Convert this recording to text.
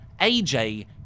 AJ